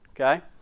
okay